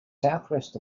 southwest